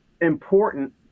important